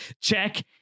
Check